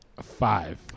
Five